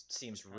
seems